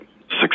six